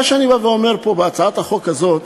מה שאני אומר בהצעת החוק הזאת